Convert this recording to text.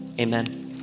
amen